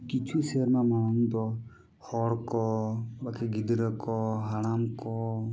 ᱠᱤᱪᱷᱩ ᱥᱮᱨᱢᱟ ᱢᱟᱲᱟᱝ ᱫᱚ ᱦᱚᱲ ᱠᱚ ᱵᱟᱠᱷᱟᱡ ᱜᱤᱫᱽᱨᱟᱹ ᱠᱚ ᱦᱟᱲᱟᱢ ᱠᱚ